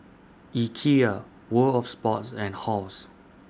Ikea World of Sports and Halls